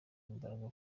imbaraga